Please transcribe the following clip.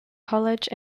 college